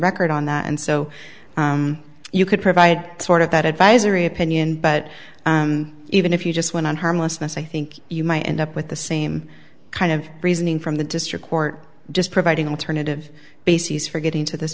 record on that and so you could provide sort of that advisory opinion but even if you just went on harmlessness i think you might end up with the same kind of reasoning from the district court just providing alternative bases for getting to this